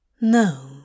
No